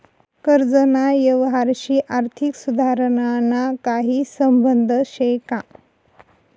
कर्जना यवहारशी आर्थिक सुधारणाना काही संबंध शे का?